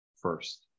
first